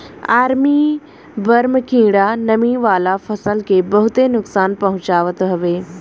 army worm कीड़ा नमी वाला फसल के बहुते नुकसान पहुंचावत हवे